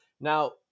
Now